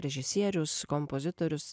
režisierius kompozitorius